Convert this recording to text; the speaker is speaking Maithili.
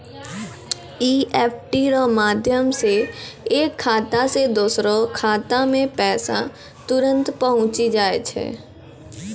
ई.एफ.टी रो माध्यम से एक खाता से दोसरो खातामे पैसा तुरंत पहुंचि जाय छै